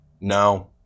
No